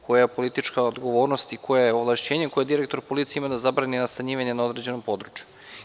Koja je politička odgovornost i koje je ovlašćenje koje direktor policije ima da zabrani nastanjivanje na određenom području?